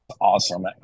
Awesome